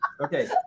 Okay